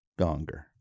Gonger